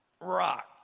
rock